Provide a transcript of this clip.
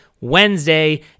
Wednesday